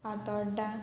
Fatorda